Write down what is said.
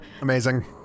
Amazing